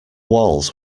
walls